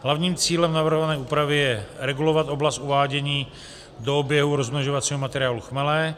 Hlavním cílem navrhované úpravy je regulovat oblast uvádění do oběhu rozmnožovacího materiálu chmele.